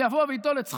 ויבוא וייטול את שכרו,